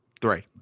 Three